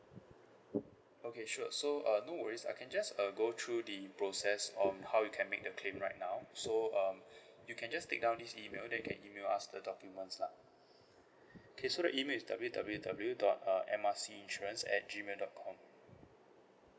okay sure so uh no worries I can just uh go through the process um how you can make the claim right now so um you can just take down this email then you email us the documents lah okay so the email is W_W_W dot uh M R C insurance at gmail dot com